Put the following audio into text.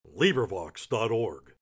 LibriVox.org